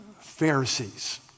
Pharisees